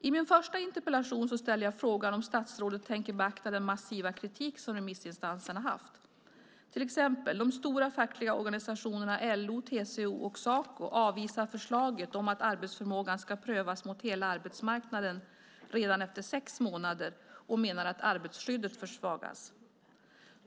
I min första interpellation ställde jag frågan om statsrådet tänker beakta den massiva kritik som har kommit från remissinstanserna. Till exempel de stora fackliga organisationerna LO, TCO och Saco avvisar förslaget om att arbetsförmågan ska prövas mot hela arbetsmarknaden redan efter sex månader och menar att arbetsskyddet försvagas.